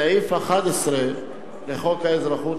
סעיף 11 לחוק האזרחות,